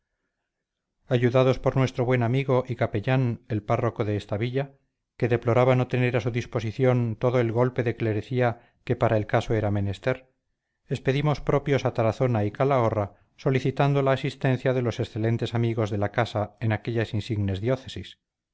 ayudados por nuestro buen amigo y capellán el párroco de esta villa que deploraba no tener a su disposición todo el golpe de clerecía que para el caso era menester expedimos propios a tarazona y calahorra solicitando la asistencia de los excelentes amigos de la casa en aquellas insignes diócesis